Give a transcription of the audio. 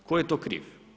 Tko je to kriv?